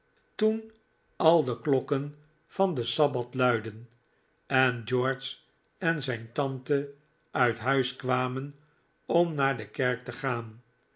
toen al de klokken van den sabbat luidden en george en zijn tante uit huis kwamen om naar de kerk te gaan